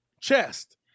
Chest